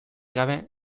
gabe